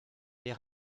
les